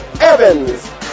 Evans